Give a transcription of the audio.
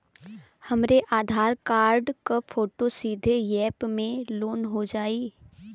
हमरे आधार कार्ड क फोटो सीधे यैप में लोनहो जाई?